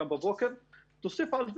בנוסף,